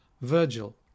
virgil